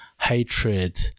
hatred